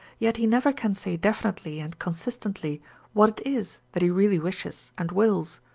yet he never can say definitely and consistently what it is that he really wishes and wills.